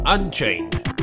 Unchained